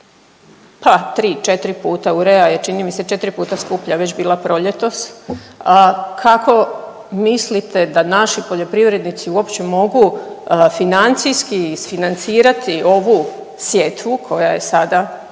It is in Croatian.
pa 3-4 puta, urea je čini mi se 4 puta skuplja već bila skuplja proljetos. Kako mislite da naši poljoprivrednici uopće mogu financijski isfinancirati ovu sjetvu koja je sada